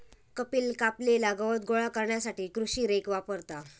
कपिल कापलेला गवत गोळा करण्यासाठी कृषी रेक वापरता